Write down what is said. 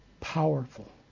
Powerful